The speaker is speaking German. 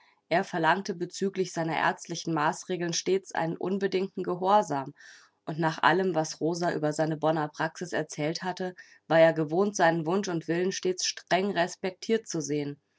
er verlangte bezüglich seiner ärztlichen maßregeln stets einen unbedingten gehorsam und nach allem was rosa über seine bonner praxis erzählt hatte war er gewohnt seinen wunsch und willen stets streng respektiert zu sehen